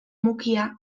mukia